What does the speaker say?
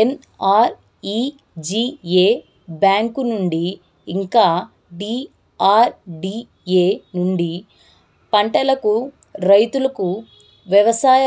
NREGA bank నుండి ఇంకా DRDA నుండి పంటలకు రైతుకు వ్యవసాయ